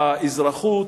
חוק האזרחות,